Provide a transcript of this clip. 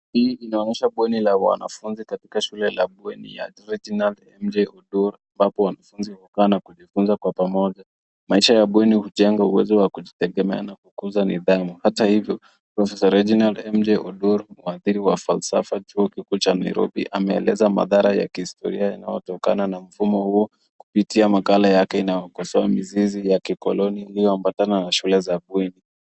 Hii inaonyesha bweni la wanafunzi katika shule ya bweni ya Rejina Oduor ambapo wanafunzi hukaa na kujifunza kwa pamoja. Maisha ya bweni hujenga uwezo wa kujitegemea na kukuza nidhalu. Hata hivyo, profesa Rejina M. J Oduor mwadhiri wa falsafa wa chuo kikuu cha Nairobi ameeleza madhari ya kihistoria yanayo tokana na mfumo huo kupitia makala yake inayokosoa mizizi ya kikoloni inayoambatana na shule za bweni.